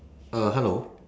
uh hello